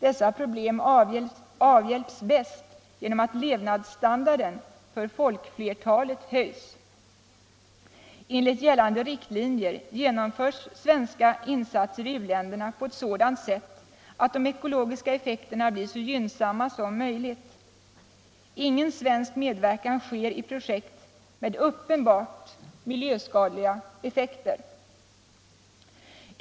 Dessa problem avhjälps bäst genom att levnadsstandarden för folkflertalet höjs. Enligt gällande riktlinjer genomförs svenska insatser i u-länderna på ett sådant sätt att de ekologiska effekterna blir så gynnsamma som möjligt. Ingen svensk medverkan sker i projekt med uppenbart miljöskadliga effekter.